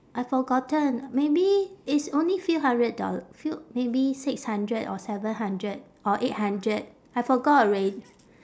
I've forgotten maybe it's only few hundred doll~ few maybe six hundred or seven hundred or eight hundred I forgot alrea~